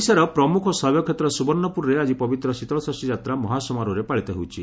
ଓଡିଶାରେ ପ୍ରମୁଖ ଶୈବକ୍ଷେତ୍ର ସୁବର୍ଷ୍ଡପୁରରେ ଆକି ପବିତ୍ର ଶୀତଳଷଷୀ ଯାତ୍ରା ମହାସମାରୋହରେ ପାଳିତ ହେଉଛି